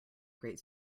great